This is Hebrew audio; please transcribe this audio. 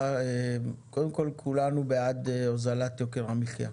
קודם כל, כולנו בעד הוזלת יוקר המחיה,